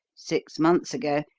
six months ago,